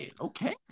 Okay